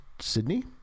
Sydney